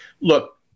Look